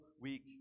week